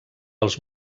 els